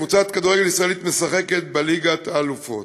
ישראלית משחקת בליגת האלופות.